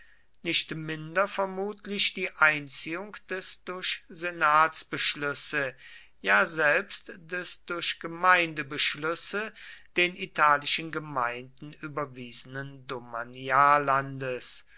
nicht minder vermutlich die einziehung des durch senatsbeschlüsse ja selbst des durch gemeindebeschlüsse den italischen gemeinden überwiesenen